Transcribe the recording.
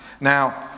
Now